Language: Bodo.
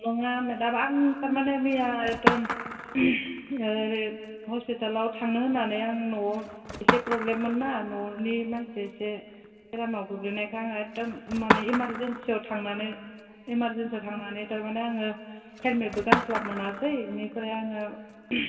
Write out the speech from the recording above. नङा मेदाम आं थारमाने मैया एकदम ओरै हस्पिटालाव थांनो होननानै आं न'आव एसे फ्रब्लेम मोनना न'नि मानसि एसे बेरामाव गोग्लैनायखाय आङो एखदम माने एमारजेन्सिआव थांनानै थारमाने आङो सेन्देलबो गानस्लाबनो मोनासै बेनिफ्राय आङो